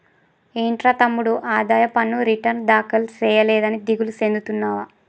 ఏంట్రా తమ్ముడు ఆదాయ పన్ను రిటర్న్ దాఖలు సేయలేదని దిగులు సెందుతున్నావా